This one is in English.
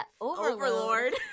Overlord